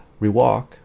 rewalk